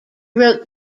wrote